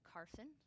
Carson